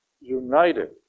united